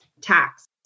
tax